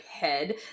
head